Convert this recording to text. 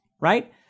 right